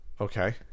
Okay